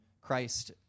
Christ